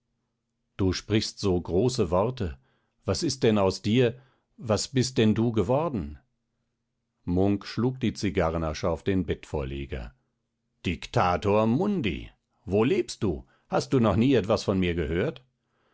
du sprichst so große worte was ist denn aus dir was bist denn du geworden munk schlug die zigarrenasche auf den bettvorleger dictator mundi wo lebst du hast du nie etwas von mir gehört